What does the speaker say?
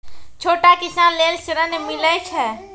छोटा किसान लेल ॠन मिलय छै?